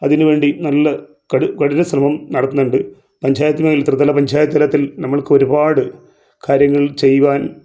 അതിനു വേണ്ടി നല്ല കട് കഠിന ശ്രമം നടത്തുന്നുണ്ട് പഞ്ചായത് ത്രിതല പഞ്ചായത്ത് തലത്തിൽ നമുക്കൊരുപാട് കാര്യങ്ങൾ ചെയ്യുവാൻ